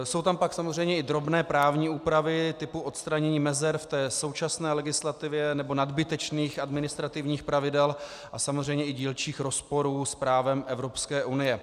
Jsou tam pak samozřejmě i drobné právní úpravy typu odstranění mezer v té současné legislativě nebo nadbytečných legislativních pravidel a samozřejmě i dílčích rozporů s právem Evropské unie.